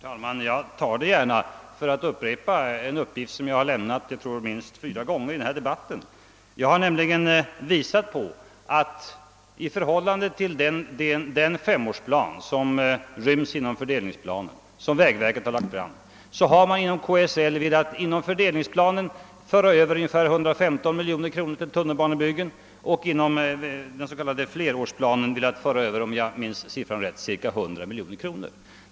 Herr talman! Jag tar det gärna för att upprepa en uppgift som jag lämnat minst fyra gånger i denna debatt. Jag har nämligen påvisat att i förhållande till den femårsplan, som ryms inom den fördelningsplan som vägverket lagt fram, har man i KSL velat föra över ungefär 115 miljoner kronor till tunnelbanebyggen och inom den s.k. flerårsplanen, om jag minns siffran rätt, cirka 100 miljoner kronor.